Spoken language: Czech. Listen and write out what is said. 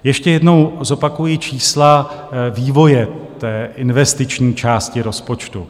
Ještě jednou zopakuji čísla vývoje investiční části rozpočtu.